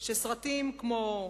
שסרטים כמו "אור",